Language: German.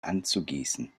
anzugießen